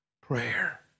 prayer